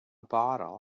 bottle